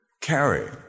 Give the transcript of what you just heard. carry